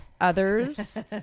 Others